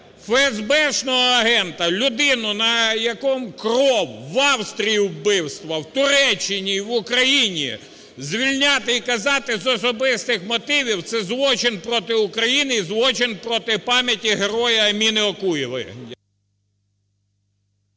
феесбешного агента, людину, на якому кров – в Австрії вбивства, в Туреччині і в Україні, звільняти і казати "з особистих мотивів" – це злочин проти України і злочин проти пам'яті героя Аміни Окуєвої.